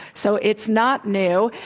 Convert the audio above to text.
so, it's not new.